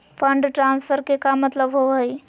Fund transfer के का मतलब होव हई?